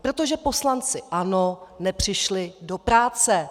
Protože poslanci ANO nepřišli do práce.